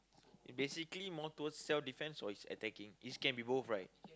basically more towards self defense or is attacking is can be both right